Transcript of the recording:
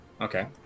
Okay